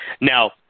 Now